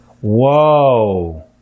whoa